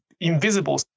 invisible